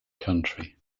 country